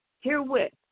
herewith